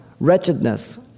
Wretchedness